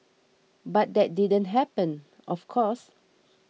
but that didn't happen of course